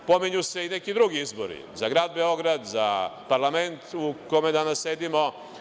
Pominju se i neki drugi izbori za grad Beograd, za parlament u kome danas sedimo.